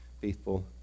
faithful